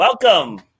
Welcome